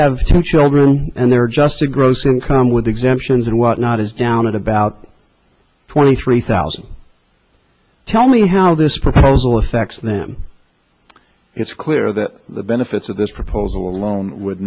have two children and they're just a gross income with exemptions and whatnot is down at about twenty three thousand tell me how this proposal affects them it's clear that the benefits of this proposal alone w